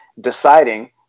deciding